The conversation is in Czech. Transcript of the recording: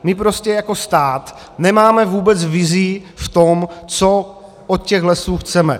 My prostě jako stát nemáme vůbec vizi v tom, co od těch lesů chceme.